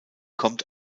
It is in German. kommt